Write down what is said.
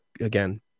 again